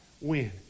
win